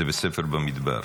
זה בספר במדבר: